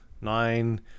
nine